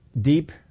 deep